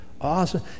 awesome